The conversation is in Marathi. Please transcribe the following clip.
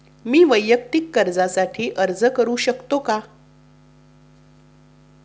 मी वैयक्तिक कर्जासाठी अर्ज करू शकतो का?